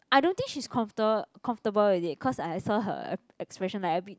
I don't think she's comforta~ comfortable already cause I saw her uh expression like a bit